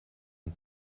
and